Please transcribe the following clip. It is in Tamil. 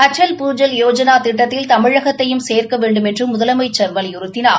அடல் பூஜல் யோஜனா திட்டத்தில் தமிழகத்தையும் சேர்க்க வேண்டும் என்று முதலமைச்சர் வலியுறுத்தினார்